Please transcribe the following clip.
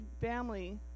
family